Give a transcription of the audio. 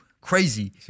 crazy